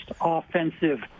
offensive